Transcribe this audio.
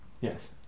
yes